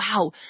wow